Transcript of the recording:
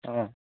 অঁ